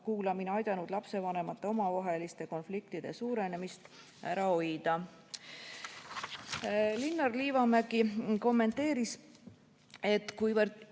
ärakuulamine aidanud lapsevanemate omavaheliste konfliktide suurenemist ära hoida. Linnar Liivamägi kommenteeris, et kuivõrd